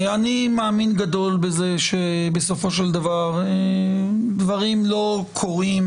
אני מאמין גדול בזה שבסופו של דבר דברים לא קורים